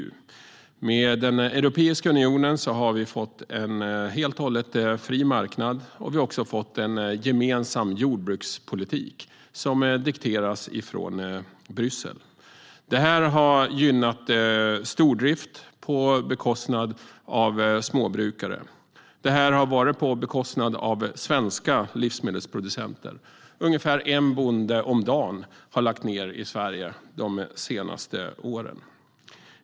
I och med den Europeiska unionen har vi fått en helt och hållet fri marknad, och vi har också fått en gemensam jordbrukspolitik som dikteras från Bryssel. Detta har gynnat stordrift på bekostnad av småbrukare, på bekostnad av svenska livsmedelsproducenter. Ungefär en bonde om dagen har lagt ned sitt jordbruk i Sverige under de senaste åren.